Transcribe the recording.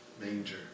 manger